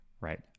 right